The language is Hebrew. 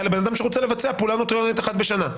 לבן אדם שרוצה לבצע פעולה נוטריונית אחת בשנה.